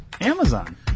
Amazon